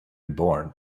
born